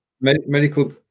Medical